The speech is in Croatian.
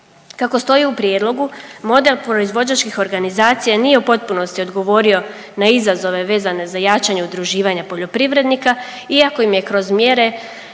Kako stoji u prijedlogu model proizvođačkih organizacija nije u potpunosti odgovorio na izazove vezane za jačanje udruživanja poljoprivrednika iako im je kroz mjere